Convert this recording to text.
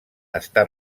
està